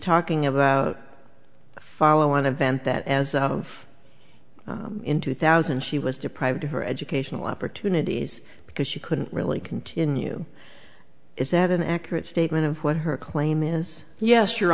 talking about the follow on event that as of in two thousand she was deprived of her educational opportunities because she couldn't really continue is that an accurate statement of what her claim is yes your